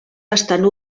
bastant